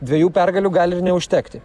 dviejų pergalių gali ir neužtekti